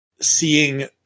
seeing